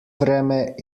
vreme